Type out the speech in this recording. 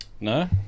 No